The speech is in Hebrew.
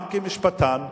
גם כמשפטן,